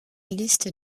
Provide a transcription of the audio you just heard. liste